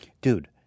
dude